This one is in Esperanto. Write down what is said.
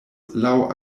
laŭ